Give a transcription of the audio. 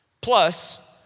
plus